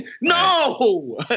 No